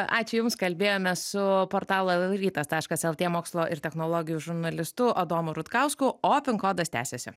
ačiū jums kalbėjome su portalo l rytas taškas lt mokslo ir technologijų žurnalistu adomu rutkausku o pin kodas tęsiasi